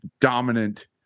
dominant